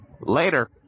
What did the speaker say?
Later